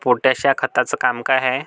Potash या खताचं काम का हाय?